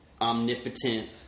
omnipotent